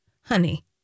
honey